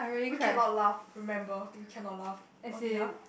we cannot laugh remember we cannot laugh okay ya